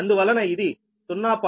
యదార్ధంగా ఇది వచ్చి 0